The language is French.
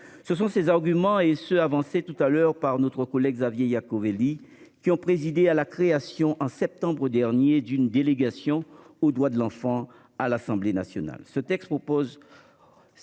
Ce sont ces arguments et ceux avancés tout à l'heure par notre collègue Xavier Iacovelli qui ont présidé à la création, en septembre dernier d'une délégation aux droits de l'enfant à l'Assemblée Nationale ce texte propose.